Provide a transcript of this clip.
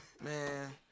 Man